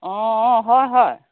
অঁ অঁ হয় হয়